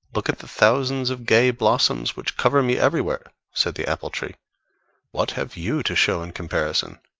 look at the thousands of gay blossoms which cover me everywhere, said the apple-tree what have you to show in comparison?